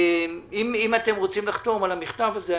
אם אתם רוצים לחתום על המכתב הזה,